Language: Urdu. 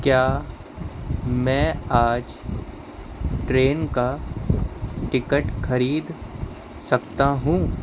کیا میں آج ٹرین کا ٹکٹ خرید سکتا ہوں